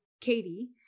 Katie